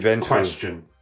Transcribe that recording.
question